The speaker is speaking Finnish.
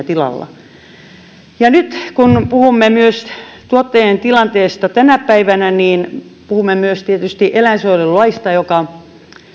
tilalla pärjää nyt kun puhumme myös tuottajien tilanteesta tänä päivänä niin puhumme tietysti myös eläinsuojelulaista joka